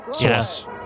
Yes